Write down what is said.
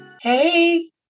Hey